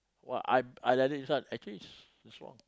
!wah! I I like that this one actually is is wrong